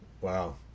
Wow